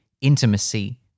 intimacy